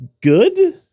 good